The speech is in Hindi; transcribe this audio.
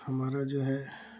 हमारा जो है